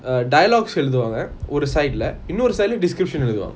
err dialogue ஏழுதுவங்க இனொரு:eazhuthuvanga inoru side lah description ஏழுதுவங்க:eazhuthuvanga